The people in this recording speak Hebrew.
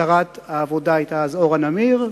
ששרת העבודה היתה אורה נמיר,